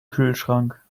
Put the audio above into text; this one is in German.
kühlschrank